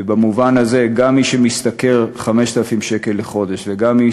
ובמובן הזה גם מי שמשתכר 5,000 שקל לחודש וגם מי